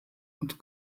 und